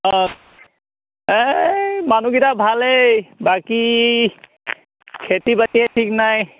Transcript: অঁ এই মানুহকিটা ভালেই বাকী খেতি বাতি ঠিক নাই